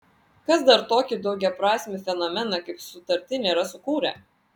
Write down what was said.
kas dar tokį daugiaprasmį fenomeną kaip sutartinė yra sukūrę